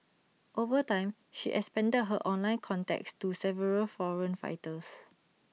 over time she expanded her online contacts to several foreign fighters